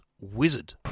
Wizard